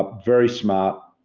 ah very smart,